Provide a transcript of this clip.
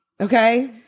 okay